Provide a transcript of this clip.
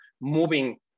moving